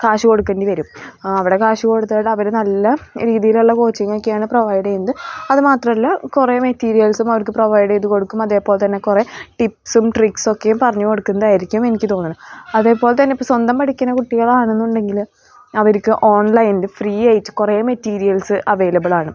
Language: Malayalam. കാശ് കൊടുക്കേണ്ടി വരും ആ അവിടെ കാശ് കൊടുത്തിട്ടവർ നല്ല രീതിയിലുള്ള കോച്ചിങ് ഒക്കെയാണ് പ്രൊവൈഡ് ചെയ്യുന്നത് അത് മാത്രമല്ല കുറേ മെറ്റീരിയൽസും അവർക്ക് പ്രൊവൈഡ് ചെയ്ത് കൊടുക്കും അതേപോലെ തന്നെ കുറേ ടിപ്സും ട്രിക്സ് ഒക്കെയും പറഞ്ഞു കൊടുക്കുന്നതായിരിക്കും എനിക്ക് തോന്നുന്നത് അതേപോലെ തന്നെ സ്വന്തം പഠിക്കുന്ന കുട്ടികളാണെന്നുണ്ടെങ്കിൽ അവർക്ക് ഓൺലൈനിൽ ഫ്രീ ആയിട്ട് കുറേ മെറ്റീരിയൽസ് അവൈലബിൾ ആണ്